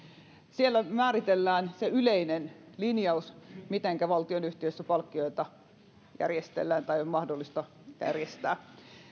siellä määritellään se yleinen linjaus mitenkä valtionyhtiössä palkkioita järjestellään tai on mahdollista järjestää